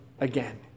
again